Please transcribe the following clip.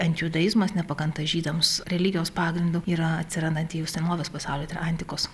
antijudaizmas nepakanta žydams religijos pagrindu yra atsirandanti jau senovės pasauly tai yra antikos